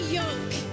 yoke